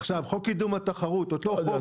עכשיו חוק קידום התחרות, אותו חוק --- לא יודע.